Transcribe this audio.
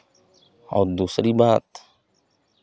और दूसरी बात